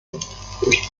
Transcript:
durch